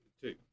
two